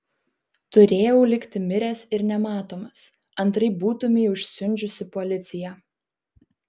turėjau likti miręs ir nematomas antraip būtumei užsiundžiusi policiją